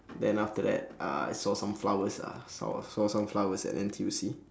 then after that uh I saw some flowers ah saw saw some flowers at N_T_U_C